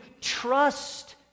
trust